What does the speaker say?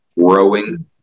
growing